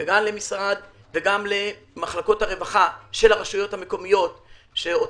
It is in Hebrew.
וגם למחלקות הרווחה של הרשויות המקומיות שבהן